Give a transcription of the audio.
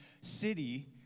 city